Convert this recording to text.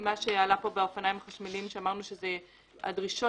מה שעלה בעניין האופניים החשמליים שאמרנו שזה הדרישות